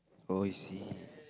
oh I see